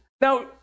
Now